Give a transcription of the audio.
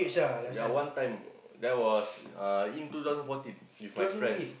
uh yea one time that was uh in two thousand fourteen with my friends